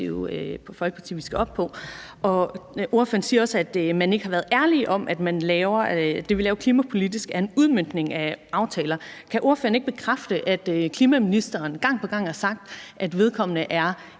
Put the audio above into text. Det Konservative Folkeparti vi skal op på? Ordføreren siger også, at man ikke har været ærlige om, at det, man gør klimapolitisk, er en udmøntning af aftaler. Kan ordføreren ikke bekræfte, at klimaministeren gang på gang har sagt, at vedkommende er